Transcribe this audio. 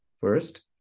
first